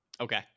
Okay